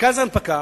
מרכז ההנפקה